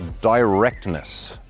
directness